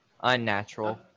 Unnatural